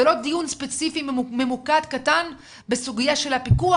זה לא דיון ספציפי ממוקד קטן בסוגיה של הפיקוח,